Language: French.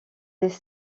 des